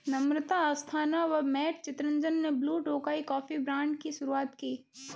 नम्रता अस्थाना व मैट चितरंजन ने blue Tokai coffee brand की शुरुआत की